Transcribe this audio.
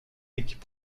l’équipe